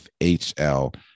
FHL